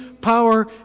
power